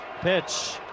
Pitch